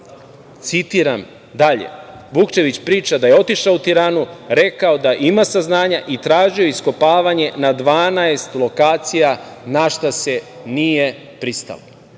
kraj. Citiram dalje. Vukčević priča da je otišao u Tiranu, rekao da ima saznanja i tražio iskopavanje na 12 lokacija, na šta se nije pristalo.